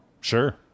Sure